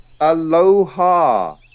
Aloha